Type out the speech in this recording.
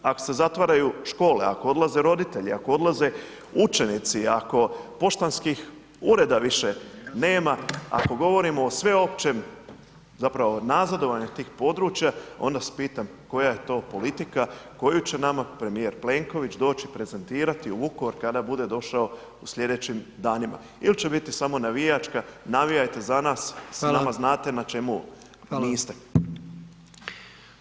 Ako se zatvaraju škole, ako odlaze roditelji, ako odlaze učenici, ako poštanskih ureda više nema, ako govorimo o sveopćem nazadovanju tih područja onda se pitam koja je to politika koju će nama premijer Plenković doći prezentirati u Vukovar kada bude došao u sljedećim danima ili će biti samo navijačka, navijajte za nas sa nama znate na čemu niste.